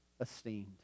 esteemed